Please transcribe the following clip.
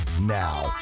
now